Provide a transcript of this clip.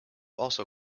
also